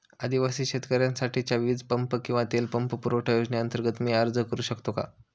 आदिवासी शेतकऱ्यांसाठीच्या वीज पंप किंवा तेल पंप पुरवठा योजनेअंतर्गत मी अर्ज करू शकतो का?